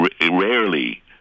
rarely